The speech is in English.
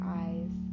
eyes